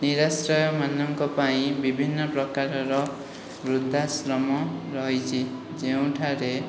ନିରାଶ୍ରୟମାନଙ୍କ ପାଇଁ ବିଭିନ୍ନ ପ୍ରକାରର ବୃଦ୍ଧାଶ୍ରମ ରହିଛି ଯେଉଁଠାରେ